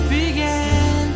began